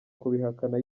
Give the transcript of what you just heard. kubihakana